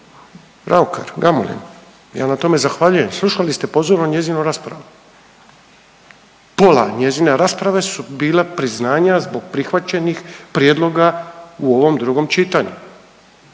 Raukar Gamulin. Ja na tome zahvaljujem. Slušali ste pozorno njezinu raspravu. Pola njezine rasprave se bila priznanja zbog prihvaćenih prijedloga u ovom drugom čitanju.